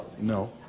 No